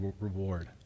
reward